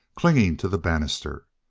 clinging to the banister.